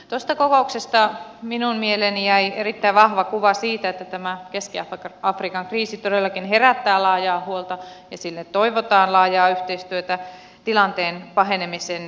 tuosta kokouksesta minun mieleeni jäi erittäin vahva kuva siitä että tämä keski afrikan kriisi todellakin herättää laajaa huolta ja sinne toivotaan laajaa yhteistyötä tilanteen pahenemisen hillitsemiseksi